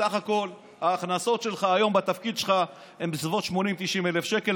סך הכול ההכנסות שלך היום בתפקיד הן בסביבות 80,000 90,000 שקל,